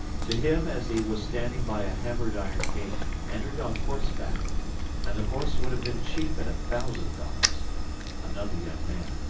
to him, as he was standing by a hammered iron gate, entered on horseback and the horse would have been cheap at a thousand dollars another young man.